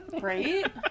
Right